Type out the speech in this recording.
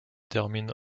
termine